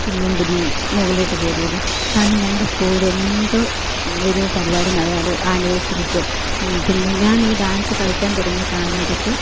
പിന്നെയും പിന്നെയും മുകളിലോട്ട് കയറി വന്ന് കാരണം ഞങ്ങളുടെ സ്കൂളിൽ എന്ത് ഒരു പരുപാടി നടന്നാലും ആനിവേഴ്സറിക്കോ പിന്നെ ഞാൻ ഈ ഡാൻസ് കളിക്കാൻ തുടങ്ങിയ കാലം തൊട്ട്